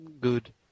good